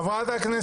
תודה רבה.